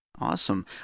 Awesome